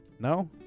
No